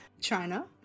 China